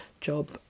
job